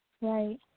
Right